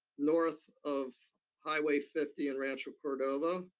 north of highway fifty in rancho cordova